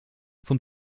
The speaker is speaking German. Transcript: zum